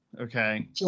Okay